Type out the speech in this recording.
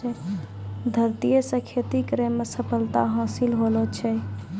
धरतीये से खेती करै मे सफलता हासिल होलो छै